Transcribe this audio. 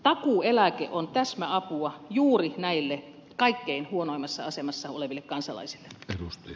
takuueläke on täsmäapua juuri näille kaikkein huonoimmassa asemassa oleville kansalaisille